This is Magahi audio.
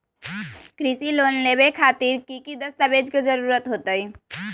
कृषि लोन लेबे खातिर की की दस्तावेज के जरूरत होतई?